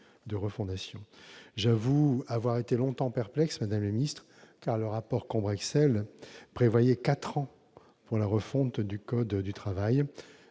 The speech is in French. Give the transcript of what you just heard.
de refondation. J'avoue avoir été longtemps perplexe, madame la ministre, car le rapport Combrexelle prévoyait qu'il faudrait quatre ans pour refondre le code du travail.